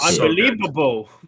unbelievable